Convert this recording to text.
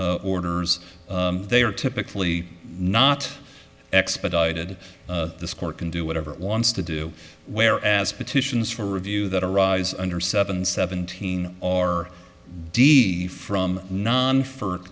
c orders they are typically not expedited this court can do whatever it wants to do whereas petitions for review that arise under seven seventeen or d from non f